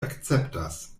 akceptas